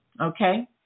Okay